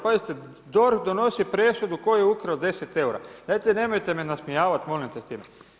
Pazite DORH donosi presudu tko je ukrao 10 eura, dajete nemojte me nasmijavati molim vas s time.